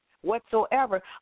whatsoever